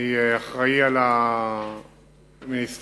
אני אחראי מיניסטריאלית